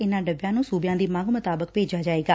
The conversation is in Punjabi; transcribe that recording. ਇਨੂਾਂ ਡੱਬਿਆਂ ਨੂੰ ਸੁਬਿਆਂ ਦੀ ਮੰਗ ਮੁਤਾਬਿਕ ਭੇਜਿਆ ਜਾਏਗਾ